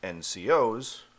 NCOs